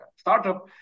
startup